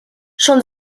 schon